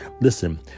listen